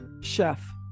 chef